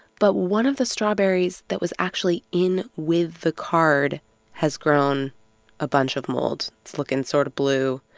but one of the strawberries that was actually in with the card has grown a bunch of mold. it's looking sort of blue.